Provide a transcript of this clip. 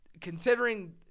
considering